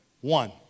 One